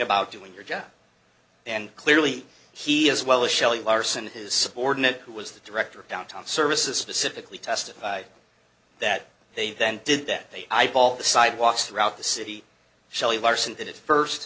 about doing your job and clearly he as well as shelly larson his subordinate who was the director of downtown services specifically testified that they then did that they eyeball the sidewalks throughout the city shelley larson that it first